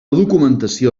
documentació